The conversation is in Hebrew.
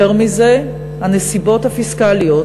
יותר מזה, הנסיבות הפיסקליות